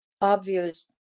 obvious